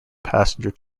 passenger